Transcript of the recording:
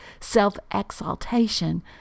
self-exaltation